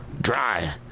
dry